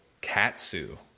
katsu